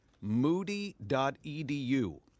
moody.edu